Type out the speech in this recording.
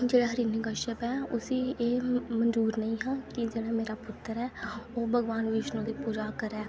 ते जेह्ड़ा हिरण्कश्यप ऐ उसी मंजूर नेईं हा ओह्दा पुत्र ऐ ओह् भगवान बिश्नु दी पूजा करै